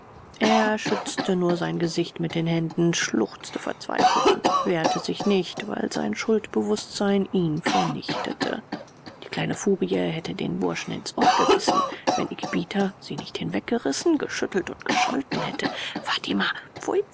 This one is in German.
er schützte nur sein gesicht mit den händen schluchzte verzweifelt und wehrte sich nicht weil sein schuldbewußtsein ihn vernichtete die kleine furie hätte den burschen ins ohr gebissen wenn ihr gebieter sie nicht hinweggerissen geschüttelt und gescholten hätte fatima pfui